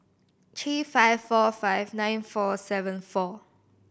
three five four five nine four seven four